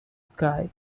sky